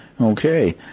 Okay